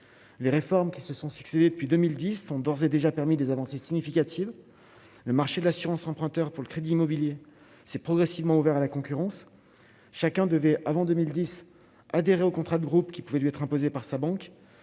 les réformes qui se sont succédé depuis 2010 ont d'ores et déjà permis des avancées significatives, le marché de l'assurance emprunteur pour le crédit immobilier s'est progressivement ouvert à la concurrence, chacun devait avant 2010 adhérer au contrat de groupe qui pouvait lui être imposées par sa banque